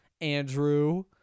Andrew